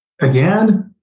again